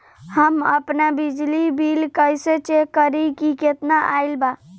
हम आपन बिजली बिल कइसे चेक करि की केतना आइल बा?